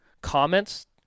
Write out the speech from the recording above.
comments